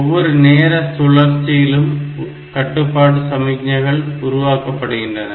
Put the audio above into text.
ஒவ்வொரு நேர சுழற்சிகளிலும் கட்டுப்பாட்டு சமிக்ஞைகள் உருவாக்கப்படுகின்றன